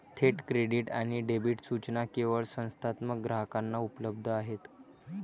थेट क्रेडिट आणि डेबिट सूचना केवळ संस्थात्मक ग्राहकांना उपलब्ध आहेत